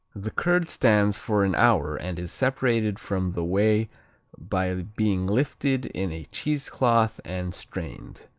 the curd stands for an hour and is separated from the whey by being lifted in a cheesecloth and strained.